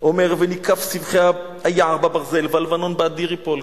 אומר: וניקף סבכי היער בברזל והלבנון באדיר ייפול,